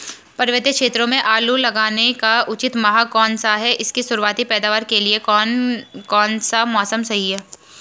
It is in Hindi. पर्वतीय क्षेत्रों में आलू लगाने का उचित माह कौन सा है इसकी शुरुआती पैदावार के लिए कौन सा मौसम सही है?